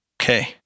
Okay